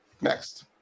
Next